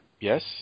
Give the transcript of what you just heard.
yes